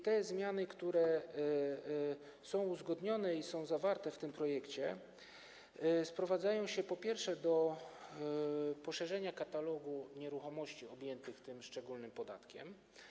Te zmiany, które są uzgodnione i są zawarte w tym projekcie, sprowadzają się do poszerzenia katalogu nieruchomości objętych tych szczególnym podatkiem.